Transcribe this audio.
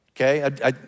Okay